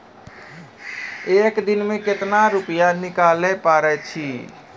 एक दिन मे केतना रुपैया निकाले पारै छी?